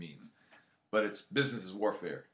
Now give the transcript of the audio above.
means but it's business as warfare